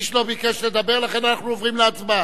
איש לא ביקש לדבר, לכן אנחנו עוברים להצבעה.